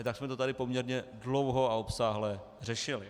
Tak jsme to tady poměrně dlouho a obsáhle řešili.